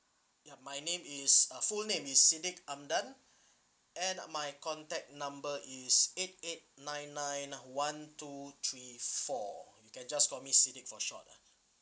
ya my name is uh full name is sidek amdan and my contact number is eight eight nine nine one two three four you can just call me sidek for short ah